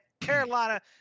Carolina